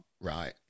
right